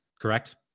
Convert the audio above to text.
Correct